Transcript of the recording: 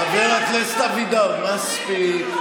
חבר הכנסת אבידר, חבר הכנסת אבידר, מספיק.